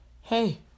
Hey